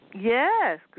Yes